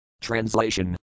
Translation